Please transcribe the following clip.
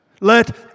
Let